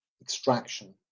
extraction